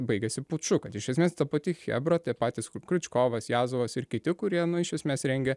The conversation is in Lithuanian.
baigėsi puču kad iš esmės ta pati chebra tie patys kru kriučkovas jazovas ir kiti kurie iš esmės rengė